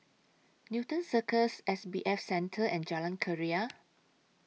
Newton Cirus S B F Center and Jalan Keria